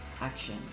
action